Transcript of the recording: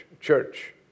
church